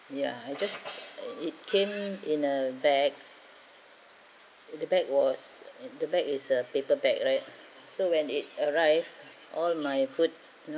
ya I just it came in a bag the bag was the bag is a paper bag right so when it arrived all my food you know